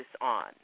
on